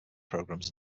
programmes